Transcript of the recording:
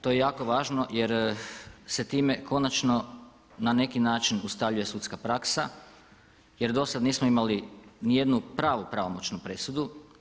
To je jako važno jer se time konačno na neki način ustaljuje sudska praksa jer dosad nismo imali ni jednu pravu pravomoćnu presudu.